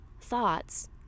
thoughts